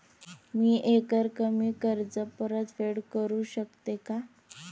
मी एकरकमी कर्ज परतफेड करू शकते का?